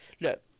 look